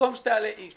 במקום שתעלה X